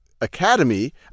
Academy